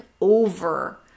over